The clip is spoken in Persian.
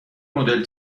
مدل